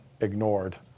ignored